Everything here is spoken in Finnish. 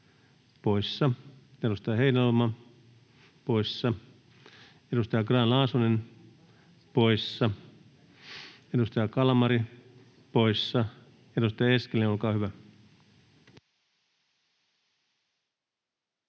poissa, edustaja Heinäluoma poissa, edustaja Grahn-Laasonen poissa, edustaja Kalmari poissa. — Edustaja Eskelinen, olkaa hyvä.